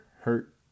hurt